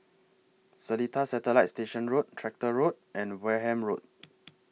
Seletar Satellite Station Road Tractor Road and Wareham Road